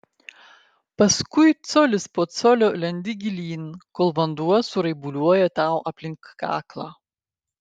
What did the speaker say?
paskui colis po colio lendi gilyn kol vanduo suraibuliuoja tau aplink kaklą